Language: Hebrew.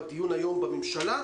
בדיון היום בממשלה,